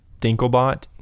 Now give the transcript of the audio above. Dinklebot